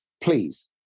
please